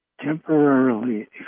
temporarily